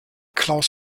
klaus